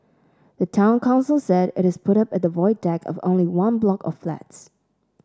the town council said it is put up at the Void Deck of only one block of flats